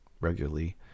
regularly